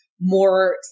more